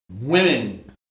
women